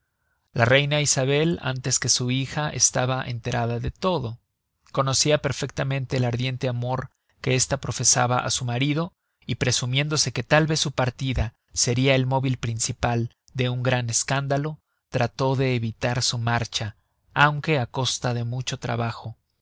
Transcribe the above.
la reina isabel antes que su hija estaba enterada de todo conocia perfectamente el ardiente amor que esta profesaba á su marido y presumiéndose que tal vez su partida seria el móvil principal de un gran escándalo trató de evitar su marcha aunque á costa de mucho trabajo